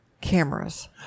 cameras